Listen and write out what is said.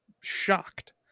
shocked